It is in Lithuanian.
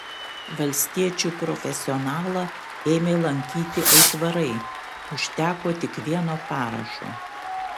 valstiečių profesionalą ėmė lankyti aitvarai užteko tik vieno parašo